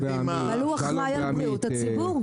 עם -- אבל הוא אחראי על בריאות הציבור,